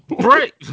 Right